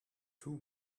too